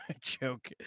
joke